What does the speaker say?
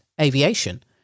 aviation